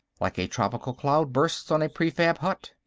like a tropical cloudburst on a prefab hut.